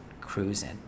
cruising